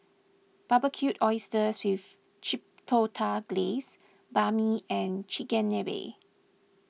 Barbecued Oysters with Chipotle Glaze Banh Mi and Chigenabe